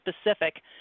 specific